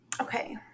Okay